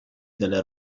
delle